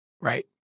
Right